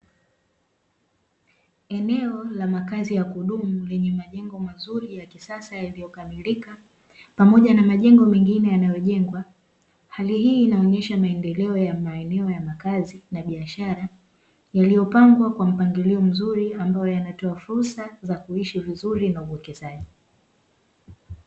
Eneo la makazi ya kudumu lenye majengo mazuri ya kisasa yaliyokamilika pamoja na majengo mengine yaliyojengwa, hali hii inaonesha maendeleo ya maeneo ya makazi, na biashara iliyopangwa kwa mpangilio mzuri, ambayo yanatoa fursa za kuishi vizuri na uwekezaji.